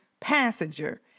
passenger